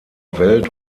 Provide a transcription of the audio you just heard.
welt